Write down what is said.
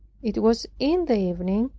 it was in the evening,